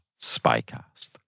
Spycast